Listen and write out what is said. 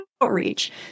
outreach